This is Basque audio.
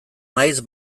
naiz